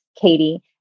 Katie